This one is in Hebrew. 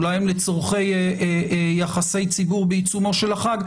אולי הן לצרכי יחסי ציבור בעיצומו של החג,